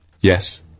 Yes